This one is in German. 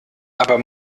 aber